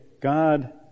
God